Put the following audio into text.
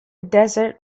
desert